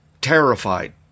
terrified